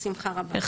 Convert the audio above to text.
בשמחה רבה.